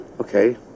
Okay